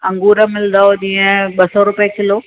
अंगूर मिलंदव जीअं ॿ सौ रुपए किलो